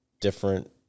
different